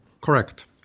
Correct